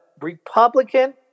Republican